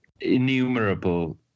innumerable